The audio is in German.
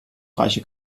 reiche